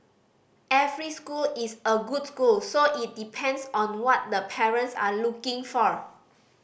every school is a good school so it depends on what the parents are looking for